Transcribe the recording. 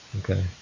Okay